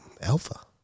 alpha